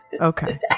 Okay